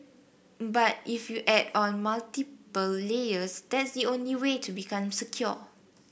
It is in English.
but if you add on multiple layers that the only way to become secure